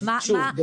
אני לא מבינה,